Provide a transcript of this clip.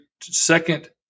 second